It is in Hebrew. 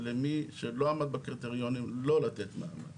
ולמי שלא עמד בקריטריונים לא לתת מעמד.